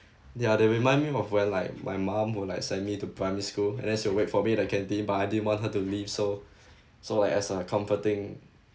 ya they remind me of when like my mom will like send me to primary school and then she will wait for me at the canteen but I didn't want her to leave so so like as a comforting